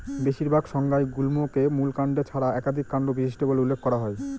বেশিরভাগ সংজ্ঞায় গুল্মকে মূল কাণ্ড ছাড়া একাধিক কাণ্ড বিশিষ্ট বলে উল্লেখ করা হয়